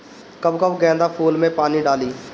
कब कब गेंदा फुल में पानी डाली?